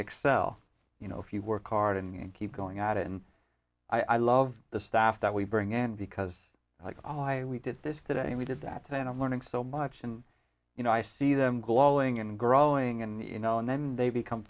excel you know if you work hard and keep going at it and i love the staff that we bring in because we did this today and we did that and i'm learning so much and you know i see them glowing and growing and you know and then they become